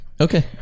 Okay